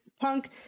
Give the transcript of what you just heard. Punk